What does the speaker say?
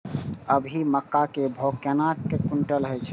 अभी मक्का के भाव केना क्विंटल हय?